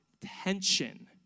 tension